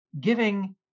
giving